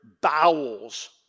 bowels